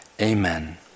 amen